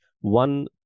one